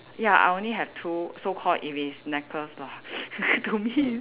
ya I only have two so called if it's necklace lah to me is